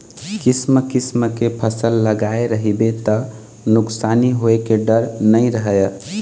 किसम किसम के फसल लगाए रहिबे त नुकसानी होए के डर नइ रहय